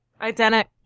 Identic